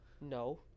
No